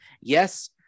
yes